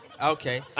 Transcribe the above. Okay